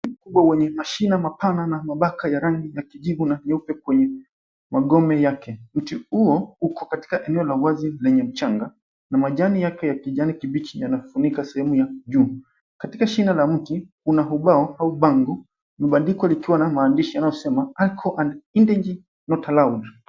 Miti mkubwa wenye mashina mapana na mabaka ya rangi ya kijivu na nyeupe kwenye magome yake. Mti huo uko katika eneo la wazi lenye mchanga, na majani yake ya kijani kibichi yanafunika sehemu ya juu. Katika shina la mti kuna ubao au bango limebandikwa likiwa na maandishi yanayosema alcohol and nudity not allowed .